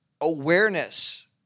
awareness